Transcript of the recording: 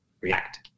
react